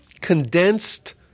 condensed